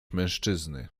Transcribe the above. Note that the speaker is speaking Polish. mężczyzny